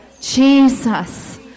Jesus